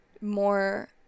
more